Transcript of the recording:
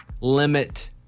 limit